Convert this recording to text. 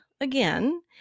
again